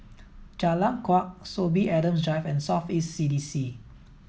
Jalan Kuak Sorby Adams Drive and South East C D C